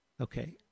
okay